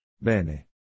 Bene